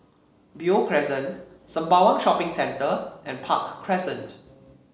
Beo Crescent Sembawang Shopping Centre and Park Crescent